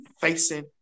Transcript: facing